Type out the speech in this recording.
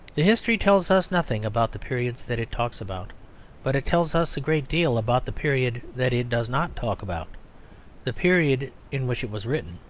the history tells us nothing about the periods that it talks about but it tells us a great deal about the period that it does not talk about the period in which it was written.